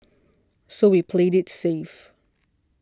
so we played it safe